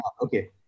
okay